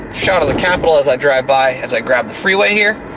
shot of the capitol as i drive by as i grab the freeway here.